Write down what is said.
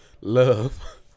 love